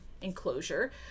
enclosure